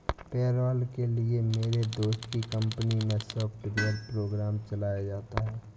payroll के लिए मेरे दोस्त की कंपनी मै सॉफ्टवेयर प्रोग्राम चलाया जाता है